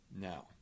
Now